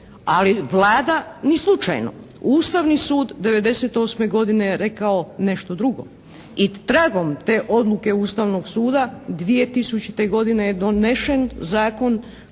ali Vlada ni slučajno. Ustavni sud '98. godine je rekao nešto drugo i tragom te odluke Ustavnog suda 2000. godine je donešen zakon